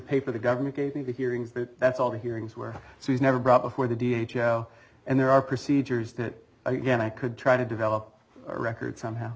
paper the government gave me the hearings that that's all the hearings were so he's never brought before the d h oh and there are procedures that again i could try to develop a record somehow